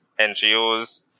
NGOs